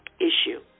issue